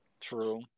True